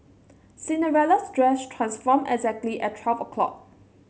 Cinderella's dress transformed exactly at twelve o'clock